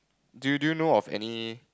do you do know of any